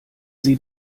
sie